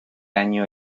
año